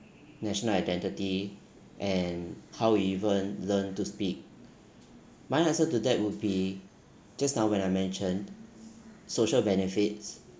national identity and how even learn to speak my answer to that would be just now when I mention social benefits